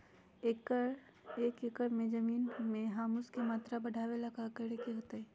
एक एकड़ जमीन में ह्यूमस के मात्रा बढ़ावे ला की करे के होतई?